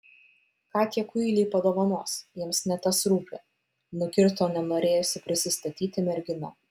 ką tie kuiliai padovanos jiems ne tas rūpi nukirto nenorėjusi prisistatyti mergina